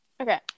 Okay